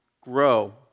grow